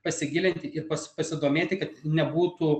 pasigilinti ir pas pasidomėti kad nebūtų